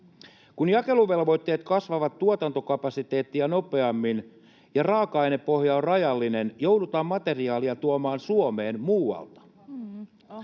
Kun jakeluvelvoitteet kasvavat tuotantokapasiteettia nopeammin ja raaka-ainepohja on rajallinen, joudutaan materiaalia tuomaan Suomeen muualta,